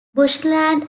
bushland